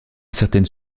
certaines